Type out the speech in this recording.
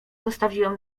zostawiłem